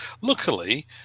Luckily